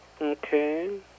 Okay